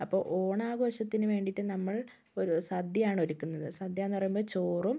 അപ്പോൾ ഓണാഘോഷത്തിന് വേണ്ടിയിട്ട് നമ്മൾ ഒരു സദ്യയാണ് ഒരുക്കുന്നത് സദ്യയെന്ന് പറയുമ്പോൾ ചോറും